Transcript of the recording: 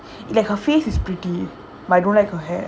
like her face is pretty but I don't like her hair